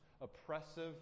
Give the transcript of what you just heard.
oppressive